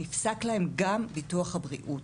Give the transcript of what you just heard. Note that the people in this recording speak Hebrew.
נפסק להן גם ביטוח הבריאות.